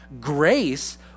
Grace